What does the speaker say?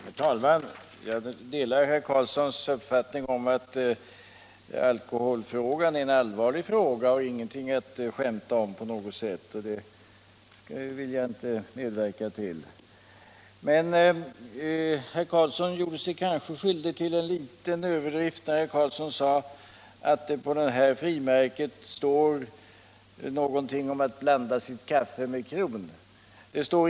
Herr talman! Jag delar herr Carlssons i Vikmanshyttans uppfattning att alkoholfrågan är en allvarlig fråga och ingenting att skämta om på något sätt, så det vill jag inte medverka till. Men herr Carlsson gjorde sig skyldig till en liten överdrift när han sade att på frimärket står någonting om att blanda sitt kaffe med kron.